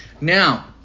Now